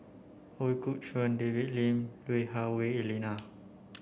Ooi Kok Chuen David Lim Lui Hah Wah Elena